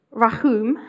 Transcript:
Rahum